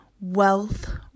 Wealth